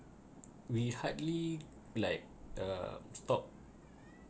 we hardly like uh stop